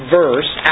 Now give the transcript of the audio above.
verse